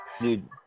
dude